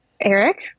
Eric